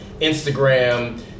Instagram